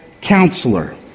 counselor